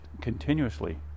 continuously